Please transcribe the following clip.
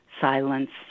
Silence